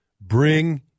Bring